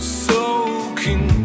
soaking